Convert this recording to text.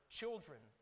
children